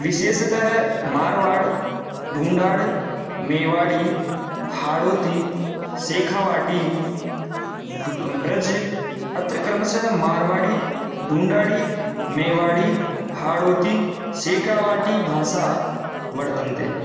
विशेषतः मार्वाड् ढूण्डाड् मेवाडी हाडोती सेखावाटी व्र ब्रज् अत्र कर्मशः मार्वाडी ढूण्डाडी मेवाडी हाडोती सेखावाटी भाषाः वर्तन्ते